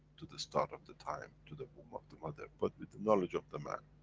to the start of the time, to the womb of the mother, but with knowledge of the man.